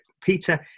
Peter